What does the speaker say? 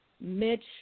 Mitch